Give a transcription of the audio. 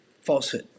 falsehood